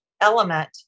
element